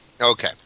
Okay